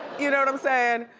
you know what i'm saying?